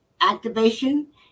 activation